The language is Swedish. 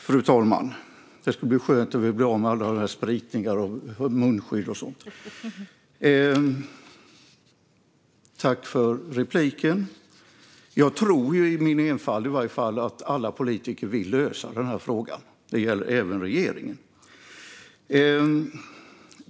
Fru talman! Jag tror i min enfald att alla politiker vill lösa frågan - även regeringen.